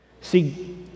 See